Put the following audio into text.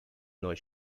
neu